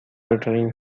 returning